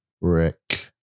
Rick